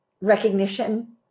recognition